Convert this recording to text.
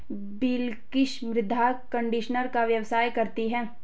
बिलकिश मृदा कंडीशनर का व्यवसाय करती है